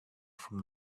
from